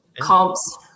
comps